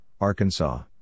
Arkansas